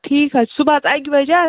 ٹھیٖک حظ چھُ صُبحس اَکہِ بجہِ حظ